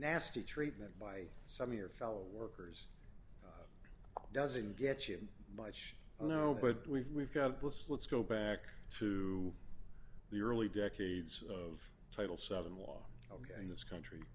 nasty treatment by some of your fellow workers doesn't get you much now but we've we've got this let's go back to the early decades of title seven law ok in this country